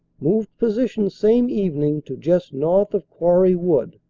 moved position same evening to just north of quarry wood.